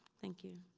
thank you.